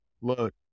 look